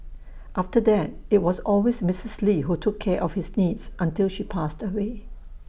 after that IT was always Missus lee who took care of his needs until she passed away